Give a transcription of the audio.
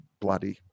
bloody